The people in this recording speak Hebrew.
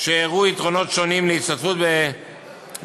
שהראו יתרונות שונים להשתתפות בהרכבים